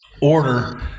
order